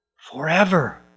forever